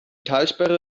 talsperre